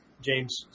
James